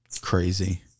Crazy